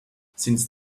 since